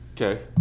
Okay